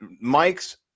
Mike's